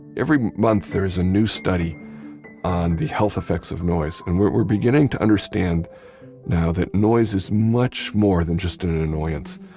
every month there's a new study on the health effects of noise, and we're beginning to understand now that noise is much more than just an annoyance.